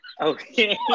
okay